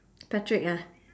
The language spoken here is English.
patrick ah